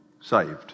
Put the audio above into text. saved